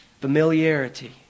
Familiarity